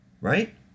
Right